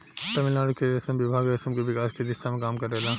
तमिलनाडु के रेशम विभाग रेशम के विकास के दिशा में काम करेला